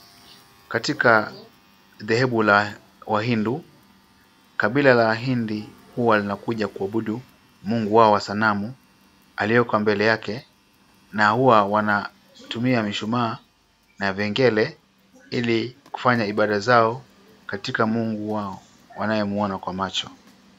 Katika dhehebu la Wahindu, kabila la wahindi huwa linakuja kuabudu mungu wao wa sanamu aliyewekwa mbele yake na huwa wanatumia mishumaa na vengele ili kufanya ibada zao katika mungu wao wanaomwona kwa macho.